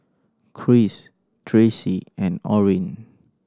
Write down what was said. Kris Tracee and Orin